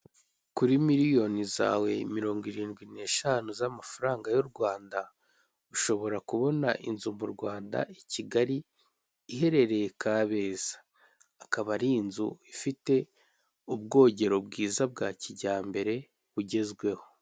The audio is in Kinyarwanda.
Kuri miliyoni zawe mirongo irindwi n'eshanu z'amafaranga y'u Rwanda ushobora kubona inzu mu Rwanda i Kigali iherereye Kabeza akaba ari inzu ifite ubwogero bwiza bwa kijyambere bugezweho.